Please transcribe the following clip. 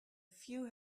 few